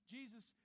Jesus